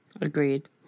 Agreed